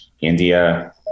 india